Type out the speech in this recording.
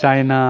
China